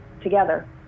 together